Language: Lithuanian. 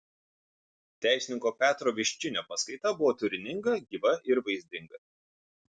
teisininko petro viščinio paskaita buvo turininga gyva ir vaizdinga